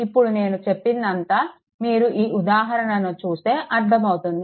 ఇప్పుడు నేను చెప్పింది అంతా మీరు ఈ ఉదాహరణను చూస్తే అర్ధం అవుతుంది